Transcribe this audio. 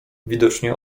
widocznie